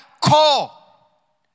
call